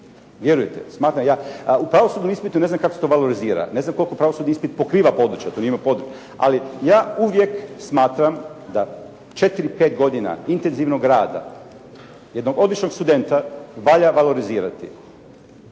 Vjerujte, smatram. U pravosudnom ispitu ne znam kako se to valorizra? Ne znam koliko pravosudni ispit pokriva područja … /Govornik se ne razumije./…, ali ja uvijek smatram da 4, 5 godina intenzivnog rada jednog običnog studenta valja valorizirati.